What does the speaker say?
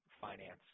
finance